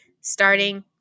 starting